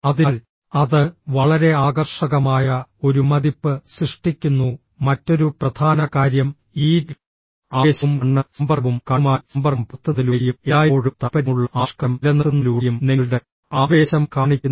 അതിനാൽ അത് വളരെ ആകർഷകമായ ഒരു മതിപ്പ് സൃഷ്ടിക്കുന്നു മറ്റൊരു പ്രധാന കാര്യം ഈ ആവേശവും കണ്ണ് സമ്പർക്കവും കണ്ണുമായി സമ്പർക്കം പുലർത്തുന്നതിലൂടെയും എല്ലായ്പ്പോഴും താൽപ്പര്യമുള്ള ആവിഷ്കാരം നിലനിർത്തുന്നതിലൂടെയും നിങ്ങളുടെ ആവേശം കാണിക്കുന്നു